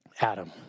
Adam